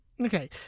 Okay